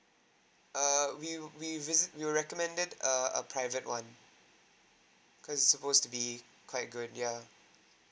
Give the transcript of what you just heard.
err we we visit we were recommended a a private one cause it's supposed to be quite good yeah